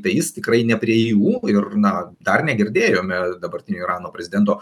tai jis tikrai ne prie jų ir na dar negirdėjome dabartinio irano prezidento